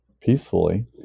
peacefully